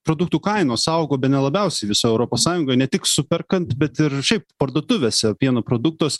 produktų kainos augo bene labiausiai visoj europos sąjungoj ne tik superkant bet ir šiaip parduotuvėse pieno produktuos